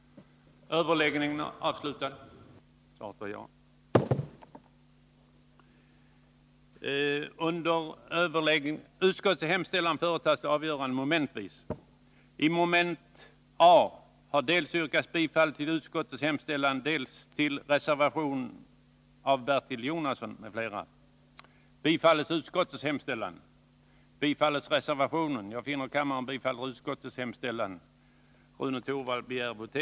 Torsdagen den 4 juni 1981 Mom. a Utskottets hemställan bifölls med 242 röster mot 55 för reservationen av = Teletaxor Bertil Jonasson m.fl. I ledamot avstod från att rösta.